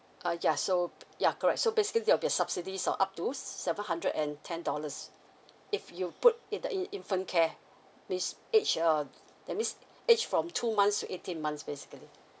uh yeah so yeah correct so basically it'll be a subsidies of up to seven hundred and ten dollars if you put in the in~ infant care means age uh that means age from two months to eighteen months basically